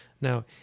Now